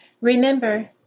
Remember